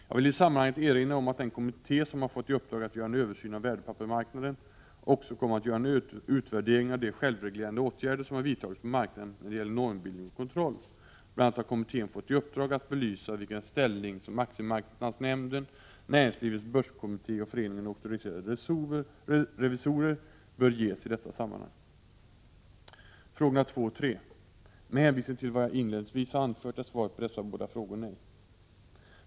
Jag vill i sammanhanget erinra om att den kommitté som har fått i uppdrag att göra en översyn av värdepappersmarknaden också kommer att göra en utvärdering av de självreglerande åtgärder som har vidtagits på marknaden när det gäller normbildning och kontroll. Bl. a. har kommittén fått i uppdrag att belysa vilken ställning som Aktiemarknadsnämnden, Näringslivets börskommitté och Föreningen auktoriserade revisorer bör ges i detta sammanhang. Frågorna 2 och 3: Med hänvisning till vad jag inledningsvis har anfört är svaret på dessa båda frågor nej.